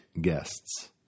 guests